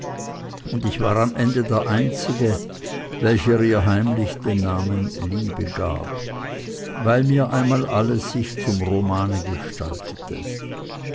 und ich war am ende der einzige welcher heimlich ihr den namen liebe gab weil mir einmal alles sich zum romane gestaltete